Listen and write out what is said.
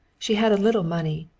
she had a little money,